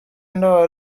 ndoli